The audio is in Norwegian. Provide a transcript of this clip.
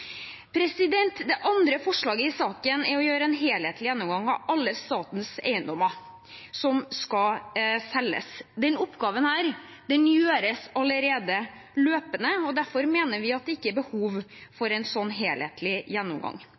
nærmere». Det andre forslaget i saken dreier seg om å gjøre en helhetlig gjennomgang av alle statens eiendommer som skal selges. Denne oppgaven gjøres allerede løpende, og derfor mener vi det ikke er behov for en slik helhetlig gjennomgang.